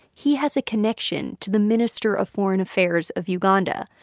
he has a connection to the minister of foreign affairs of uganda.